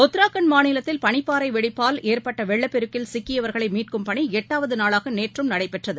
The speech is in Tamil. உத்ராகண்ட் மாநிலத்தில் பனிப்பாறைவெடிப்பால் ஏற்பட்டவெள்ளப்பெருக்கில் சிக்கியவர்களைமீட்கும் பணிஎட்டாவதுநாளாகநேற்றும் நடைபெற்றது